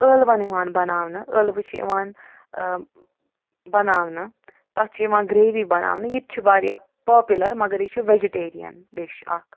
ٲلون یِوان بناونہٕ ٲلوٕ چھِ یِوان بناونہٕ تتھ چھِ یِوان گرٛیوی بناونہٕ یہِ تہِ چھُ واریاہ پاپیوٗلر مگر یہِ چھُ وجِٹیرین ڈِش اکھ